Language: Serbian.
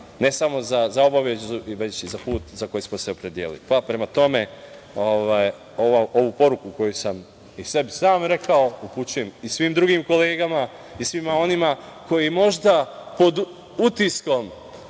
ne samo za obavezu, već i za put za koji smo se opredelili. Prema tome, ovu poruku koju sam i sebi sam rekao, upućujem i svim drugim kolegama i svima onima koji možda pod utiskom